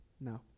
no